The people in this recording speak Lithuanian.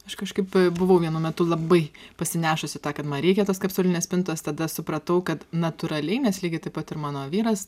aš kažkaip buvau vienu metu labai pasinešusi tą kad man reikia tos kapsulinės spintos tada supratau kad natūraliai mes lygiai taip pat ir mano vyras